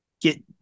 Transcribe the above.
get